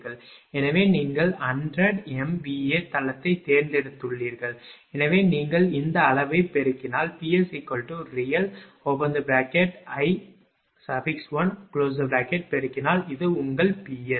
எனவே நீங்கள் 100 MVA தளத்தை தேர்ந்தெடுத்துள்ளீர்கள் எனவே நீங்கள் இந்த அளவை பெருக்கினால்Psreal பெருக்கினால் இது உங்கள் Ps